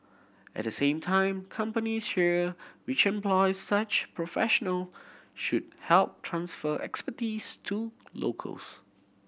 at the same time companies here which employ such professional should help transfer expertise to locals